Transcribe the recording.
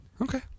okay